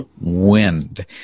wind